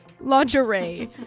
lingerie